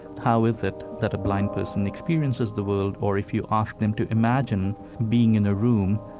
how is it that a blind person experiences the world, or if you ask them to imagine being in a room,